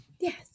Yes